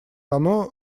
оно